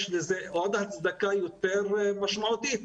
יש לזה הצדקה משמעותית יותר,